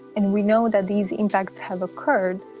and we know that these impacts have occurred,